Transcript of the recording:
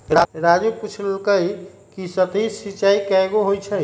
राजू पूछलकई कि सतही सिंचाई कैगो होई छई